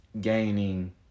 gaining